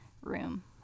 room